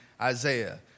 Isaiah